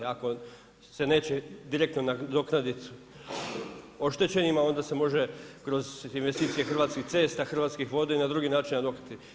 Ako se neće direktno nadoknaditi oštećenima onda se može kroz investicije Hrvatskih cesta, Hrvatskih voda i na drugi način nadoknaditi.